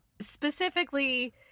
Specifically